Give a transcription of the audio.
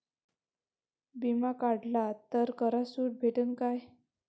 बिमा काढला तर करात सूट भेटन काय?